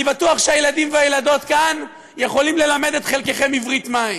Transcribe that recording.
אני בטוח שהילדים והילדות כאן יכולים ללמד את חלקכם עברית מהי.